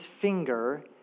finger